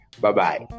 Bye-bye